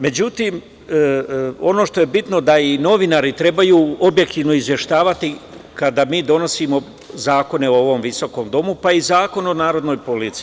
Međutim, ono što je bitno jeste da i novinari trebaju objektivno izveštavati kada mi donosimo zakone u ovom visokom domu, pa i Zakon o narodnoj policiji.